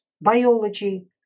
biology